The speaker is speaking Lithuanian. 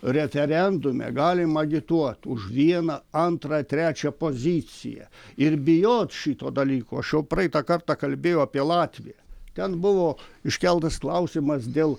referendume galima agituoti už vieną antrą trečią poziciją ir bijot šito dalyko aš jau praeitą kartą kalbėjau apie latviją ten buvo iškeltas klausimas dėl